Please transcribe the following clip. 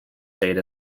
data